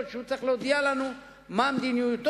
שבהן הוא צריך להודיע לנו מה מדיניותו.